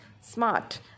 smart